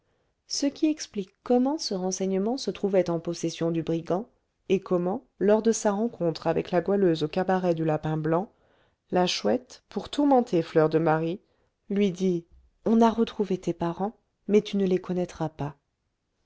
ce qui explique comment ce renseignement se trouvait en possession du brigand et comment lors de sa rencontre avec la goualeuse au cabaret du lapin blanc la chouette pour tourmenter fleur de marie lui dit on a retrouvé tes parents mais tu ne les connaîtras pas